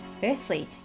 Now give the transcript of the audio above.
Firstly